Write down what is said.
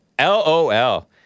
LOL